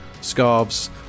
scarves